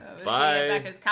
Bye